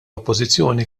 oppożizzjoni